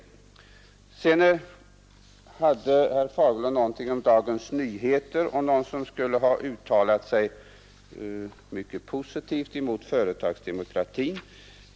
Herr Fagerlund sade något om en personalenkät i en tidning, där en personalrepresentant skulle ha uttalat sig mycket positivt om företagsdemokrati.